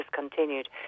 discontinued